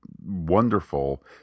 Wonderful